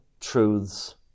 truths